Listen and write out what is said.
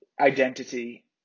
identity